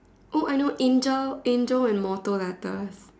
oh I know angel angel and mortal letters